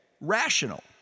rational